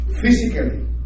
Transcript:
physically